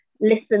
listen